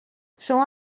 شما